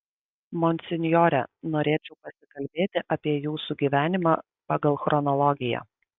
monsinjore norėčiau pasikalbėti apie jūsų gyvenimą pagal chronologiją